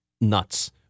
nuts